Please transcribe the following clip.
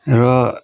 र